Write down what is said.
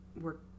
work